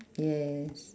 yes